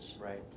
Right